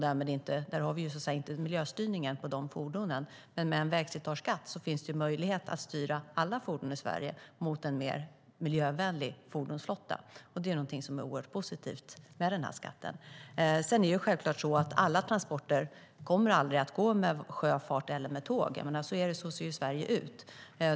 Därmed har vi ingen miljöstyrning på de fordonen. Men med en vägslitageskatt finns det möjlighet att styra alla fordon i Sverige mot en mer miljövänlig fordonsflotta. Det är oerhört positivt med den här skatten. Alla transporter kommer självklart aldrig att gå med sjöfart eller tåg. Så ser Sverige ut.